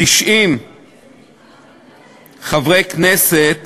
90 חברי כנסת